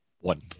One